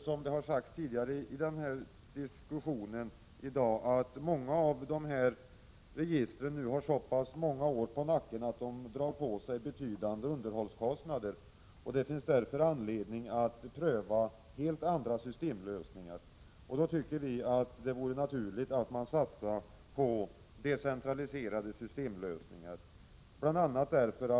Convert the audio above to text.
Som har sagts tidigare i diskussionen i dag har många av dessa register nu så pass många år på nacken att de drar med sig betydande underhållskostnader, och det finns därför anledning att pröva helt andra systemlösningar. Då tycker vi att det vore naturligt att satsa på decentraliserade systemlösningar, bl.a. därför att deur = Prot.